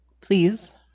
please